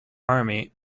army